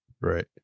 right